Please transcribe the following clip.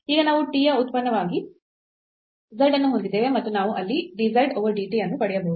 ಈಗ ನಾವು t ಯ ಉತ್ಪನ್ನವಾಗಿ z ಅನ್ನು ಹೊಂದಿದ್ದೇವೆ ಮತ್ತು ನಾವು ಅಲ್ಲಿ dz over dt ಅನ್ನು ಪಡೆಯಬಹುದು